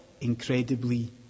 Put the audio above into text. incredibly